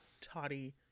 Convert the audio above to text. toddy